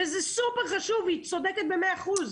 וזה סופר חשוב, והיא צודקת במאה אחוז.